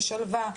בשלווה.